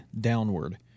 downward